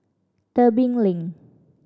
Tebing Lane